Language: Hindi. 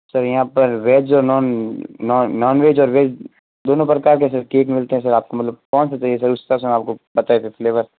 सर यहाँ पर वेज और नॉन नॉन नॉनवेज और वेज दोनों प्रकार के केक मिलते हैं सर आपको मतलब कौन सा चाहिए सर उसका सर आपको पता है फ्लेवर